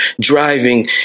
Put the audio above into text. driving